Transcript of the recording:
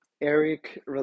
Eric